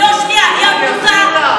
אני אסביר לך.